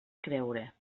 creure